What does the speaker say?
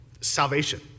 salvation